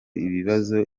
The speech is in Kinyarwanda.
ibibazo